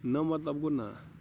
نَہ مطلب گوٚو نہَ